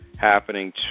happening